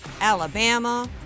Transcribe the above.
Alabama